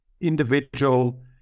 individual